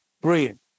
brilliant